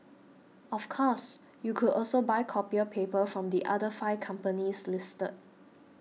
of course you could also buy copier paper from the other five companies listed